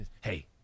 Hey